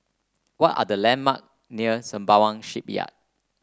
what are the landmark near Sembawang Shipyard